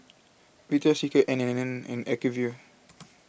Victoria Secret N and N and Acuvue